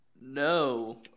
no